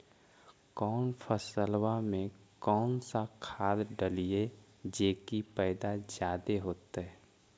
कौन फसल मे कौन सा खाध डलियय जे की पैदा जादे होतय?